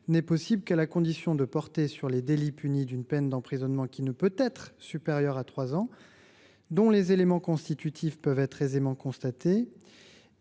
n’était possible qu’à la condition de porter sur des délits punis d’une peine d’emprisonnement qui ne peut être supérieure à trois ans et dont les éléments constitutifs peuvent être aisément constatés,